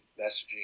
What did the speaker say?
messaging